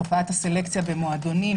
תופעת הסלקציה במועדונים,